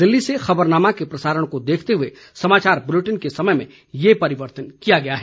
दिल्ली से खबरनामा के प्रसारण को देखते हुए समाचार बुलेटिन के समय में ये परिवर्तन किया गया है